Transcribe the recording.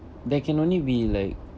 there can only be like